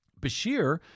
Bashir